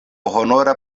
honora